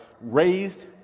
raised